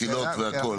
מסילות והכל.